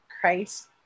Christ